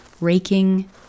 Raking